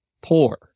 poor